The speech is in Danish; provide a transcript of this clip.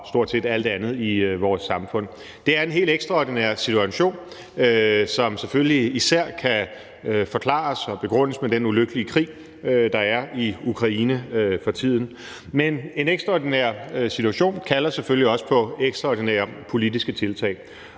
stort set alt andet i vores samfund. Det er en helt ekstraordinær situation, som selvfølgelig især kan forklares og begrundes med den ulykkelige krig, der er i Ukraine for tiden. Men en ekstraordinær situation kalder selvfølgelig også på ekstraordinære politiske tiltag,